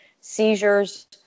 seizures